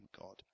God